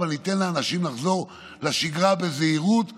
אבל ניתן לאנשים לחזור לשגרה בזהירות ובשכל,